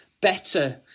better